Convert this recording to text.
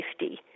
safety